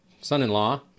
son-in-law